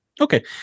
Okay